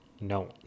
No